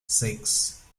six